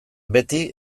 beti